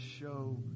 show